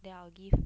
then I'll give